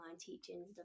teaching